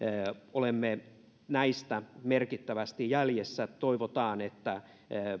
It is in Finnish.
olemme näistä merkittävästi jäljessä toivotaan että